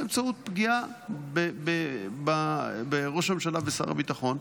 באמצעות פגיעה בראש הממשלה ובשר הביטחון,